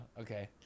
Okay